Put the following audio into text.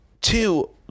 two